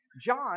John